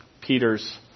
Peter's